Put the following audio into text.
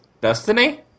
Destiny